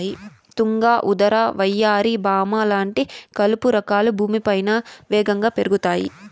తుంగ, ఉదర, వయ్యారి భామ లాంటి కలుపు రకాలు భూమిపైన వేగంగా పెరుగుతాయి